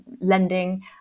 lending